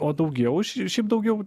o daugiau ši šiaip daugiau